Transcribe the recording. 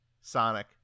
Sonic